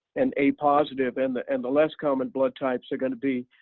and a positive and the and the less common blood types are going to be